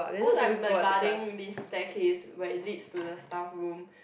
cause I'm a guarding this staircase where it leads to the staff room